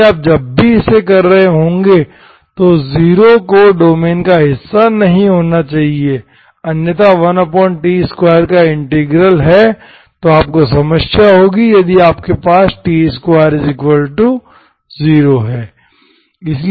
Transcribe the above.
इसलिए जब आप इसे कर रहे हों तो 0 को डोमेन का हिस्सा नहीं होना चाहिए अन्यथा1t2का इंटीग्रल है तो आपको समस्या होगी यदि आपके पासt20 है